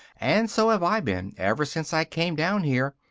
and so have i been, ever since i came down here,